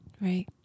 right